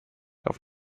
auf